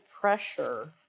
pressure